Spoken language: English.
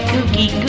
Cookie